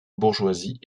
bourgeoisie